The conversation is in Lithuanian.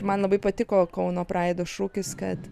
man labai patiko kauno praido šūkis kad